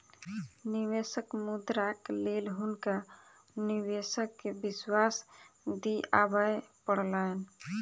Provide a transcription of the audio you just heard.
निवेशक मुद्राक लेल हुनका निवेशक के विश्वास दिआबय पड़लैन